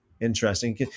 Interesting